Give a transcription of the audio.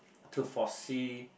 to foresee